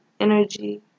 Energy